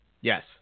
Yes